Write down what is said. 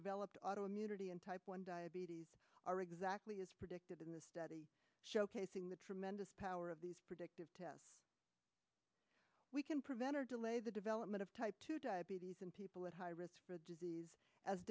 developed auto immunity in type one diabetes are exactly as predicted in the study showcasing the tremendous power of these predictive tests we can prevent or delay the development of type two diabetes in people with high risk of disease as